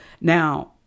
Now